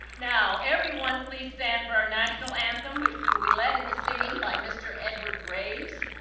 now, everyone please stand for our national anthem, which we will be led in the singing by mr. edward graves.